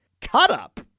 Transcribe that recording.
cut-up